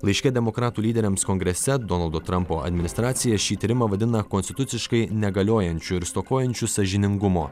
laiške demokratų lyderiams kongrese donaldo trumpo administracija šį tyrimą vadina konstituciškai negaliojančiu ir stokojančiu sąžiningumo